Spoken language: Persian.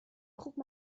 خوب